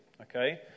okay